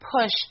push